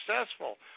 successful